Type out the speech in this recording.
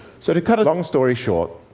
so, to cut a long story short,